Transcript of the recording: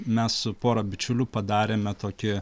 mes su pora bičiulių padarėme tokį